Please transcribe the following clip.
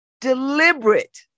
Deliberate